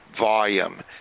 volume